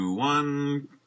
One